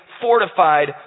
fortified